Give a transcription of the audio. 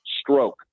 stroke